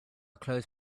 clothes